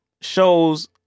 shows